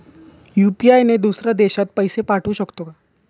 UPI ने दुसऱ्या देशात पैसे पाठवू शकतो का?